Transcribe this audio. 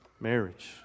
marriage